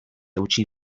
eutsi